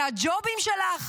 מהג'ובים שלך,